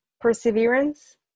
perseverance